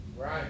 Right